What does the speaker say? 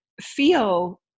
feel